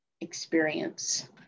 experience